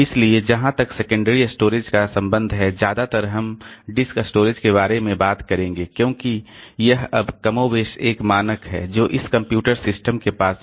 इसलिए जहां तक सेकेंडरी स्टोरेज का संबंध है ज्यादातर हम डिस्क स्टोरेज के बारे में बात करेंगे क्योंकि यह अब कमोबेश एक मानक है जो इस कंप्यूटर सिस्टम के पास है